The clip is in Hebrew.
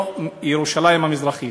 או בירושלים המזרחית.